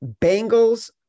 Bengals